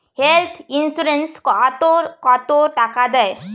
Health insurance ওত কত টাকা দেয়?